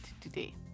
today